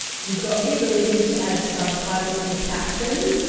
you've got the ability to add subtitles and captions.